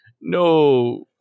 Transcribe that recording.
No